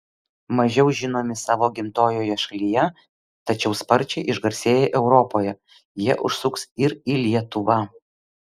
mažiau žinomi savo gimtojoje šalyje tačiau sparčiai išgarsėję europoje jie užsuks ir į lietuvą